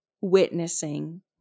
witnessing